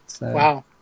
wow